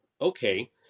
Okay